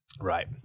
Right